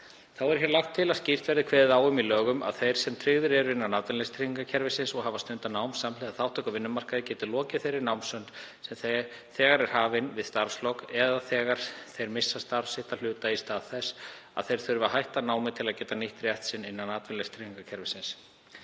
Þá er hér lagt til að skýrt verði kveðið á um í lögunum að þeir sem tryggðir eru innan atvinnuleysistryggingakerfisins og hafa stundað nám samhliða þátttöku á vinnumarkaði geti lokið þeirri námsönn sem þegar er hafin við starfslok eða þegar þeir missa starf sitt að hluta í stað þess að þeir þurfi að hætta námi til að geta nýtt rétt sinn innan atvinnuleysistryggingakerfisins.